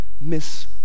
miss